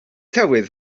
tywydd